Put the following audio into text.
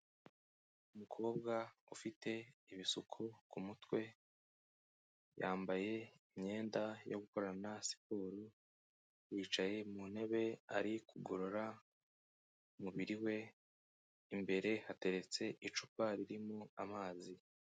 Umukobwa ufite ibisuko ku ku mutwe, yambaye imyenda yo gukorana siporo, yicaye mu ntebe ari kugorora umubiri we, imbere hateretse icupa ririmo amazi.